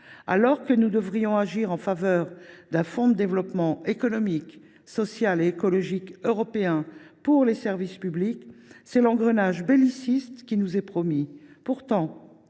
Alors que nous devrions agir en faveur d’un fonds de développement économique, social et écologique européen pour les services publics, c’est l’engrenage belliciste qui nous est promis.